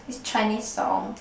this Chinese song